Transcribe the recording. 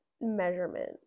measurement